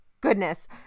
goodness